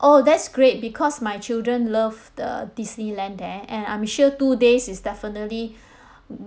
oh that's great because my children love the disneyland there and I'm sure two days is definitely mm